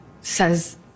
Says